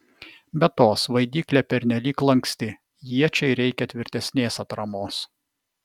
be to svaidyklė pernelyg lanksti iečiai reikia tvirtesnės atramos